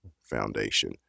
Foundation